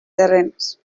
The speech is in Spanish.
terrenos